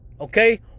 Okay